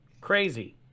Crazy